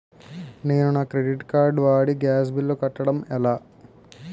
నేను నా credit card వాడి గ్యాస్ బిల్లు కట్టడం ఎలా?